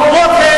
עובדות?